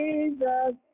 Jesus